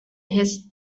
his